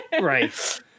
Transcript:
Right